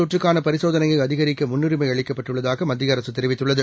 தொற்றுக்கானபரிசோதனையைஅதிகரிக்கமுன்னுிமைஅளிக்கப்பட்டுள்ளதாகமத்தியஅரசுதெரிவித்து ள்ளது